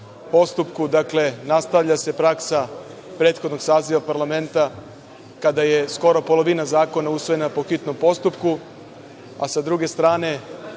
postupku. Dakle, nastavlja se praksa prethodnog saziva parlamenta, kada je skoro polovina zakona usvojena po hitnom postupku, a sa druge strane,